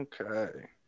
Okay